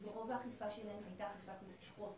אז רוב האכיפה שלהם הייתה אכיפת מסכות